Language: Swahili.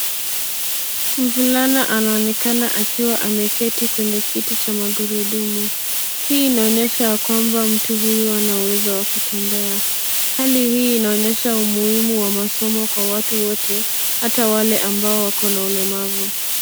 Mvulana anaonekana akiwa ameketi kwenye kiti cha magurudumu, hii inaonyesha ya kwamba mtu huyu hana uwezo wa kutembea. Hali hii inaonyesha umuhimu wa masomo kwa watu wote hata wale ambao wakona ulemavu.